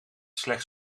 slechts